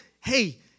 hey